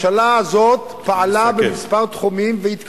הממשלה הזאת פעלה בכמה תחומים, והיא התקדמה.